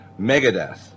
megadeth